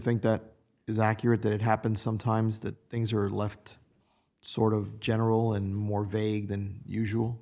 think that is accurate that it happens sometimes that things are left sort of general and more vague than usual